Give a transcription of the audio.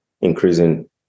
increasing